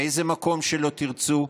באיזה מקום שתרצו,